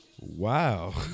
Wow